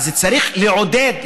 אז צריך לעודד,